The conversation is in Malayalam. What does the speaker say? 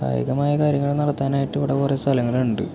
കായികമായ കാര്യങ്ങൾ നടത്താനായിട്ട് ഇവിടെ കുറേ സ്ഥലങ്ങളുണ്ട്